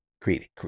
create